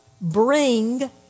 bring